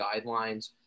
guidelines